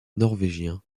norvégien